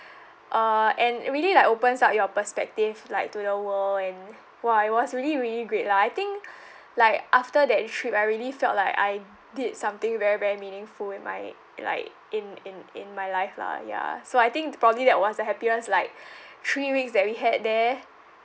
uh and really like opens up your perspective like to the world and !wah! it was really really great lah I think like after that trip I really felt like I did something very very meaningful in my like in in in my life lah ya so I think probably that was the happiest like three weeks that we had there